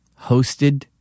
hosted